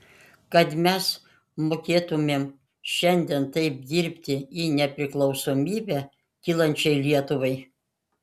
kad mes mokėtumėm šiandien taip dirbti į nepriklausomybę kylančiai lietuvai